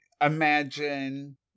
imagine